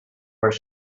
where